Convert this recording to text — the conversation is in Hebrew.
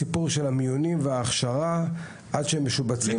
הסיפור של המיונים וההכשרה עולה בערך 1.5 מיליון שקלים.